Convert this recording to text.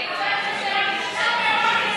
אנחנו לא רוצים להיות סקטוריאליים.